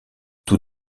tout